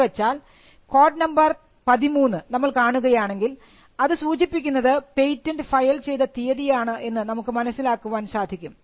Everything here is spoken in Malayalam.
എന്നുവച്ചാൽ കോഡ് നമ്പർ 13 നമ്മൾ കാണുകയാണെങ്കിൽ അത് സൂചിപ്പിക്കുന്നത് പേറ്റന്റ് ഫയൽ ചെയ്ത തീയതിയാണ് എന്ന് നമുക്ക് മനസ്സിലാക്കാൻ സാധിക്കും